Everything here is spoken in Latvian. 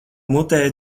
mutē